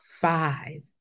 five